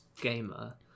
gamer